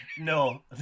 no